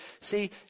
See